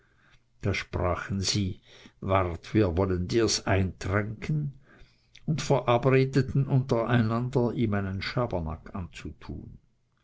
da sprachen sie wart wir wollen dirs eintränken und verabredeten untereinander ihm einen schabernack anzutun